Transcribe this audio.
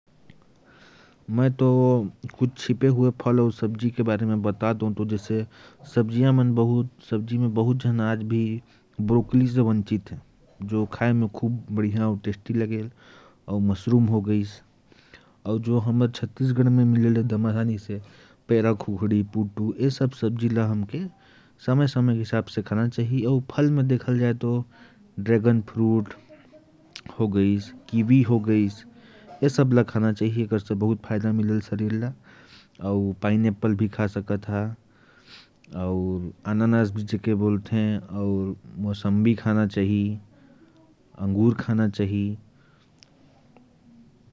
कुछ छिपे हुए फल और सब्जियों के बारे में बताऊं तो, सब्जियों में जैसे ब्रोकली है, जिसे आज भी बहुत लोग नहीं जानते। और फल की बात करें तो कीवी, अंगूर, अनानास, ये सब लाभकारी फल हैं।